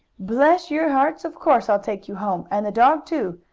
bless your hearts, of course i'll take you home, and the dog, too!